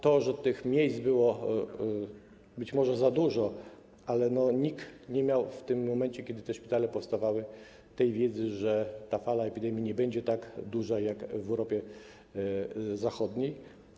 Tych miejsc było być może za dużo, ale nikt nie miał w momencie, kiedy te szpitale powstawały, wiedzy, że ta fala epidemii nie będzie tak duża jak w Europie Zachodniej.